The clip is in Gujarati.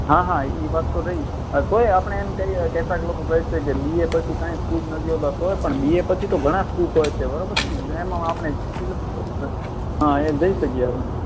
હા હા ઈ વાત તો રહી તોય આપણે એમ કહીએ કે કેટલાક લોકો કહે છે કે બી એ પછી કાંઈ સ્કોપ નથી હોતો તોય પણ બી એ પછી તો ઘણા સ્કોપ હોય છે બરોબર છેને જેમાં આપણને જે ફિલ્ડમાં જવું હોય અઅ જઈ શકીએ આપણે